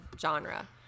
genre